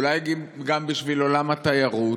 אולי אם גם בשביל עולם התיירות,